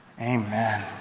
Amen